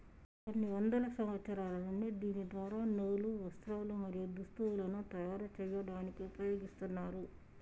కొన్ని వందల సంవత్సరాల నుండి దీని ద్వార నూలు, వస్త్రాలు, మరియు దుస్తులను తయరు చేయాడానికి ఉపయోగిస్తున్నారు